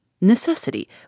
Necessity